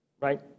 right